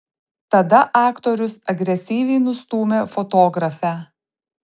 tada aktorius agresyviai nustūmė fotografę